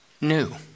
new